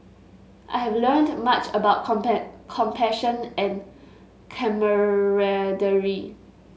I have learned much about compassion and camaraderie